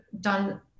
done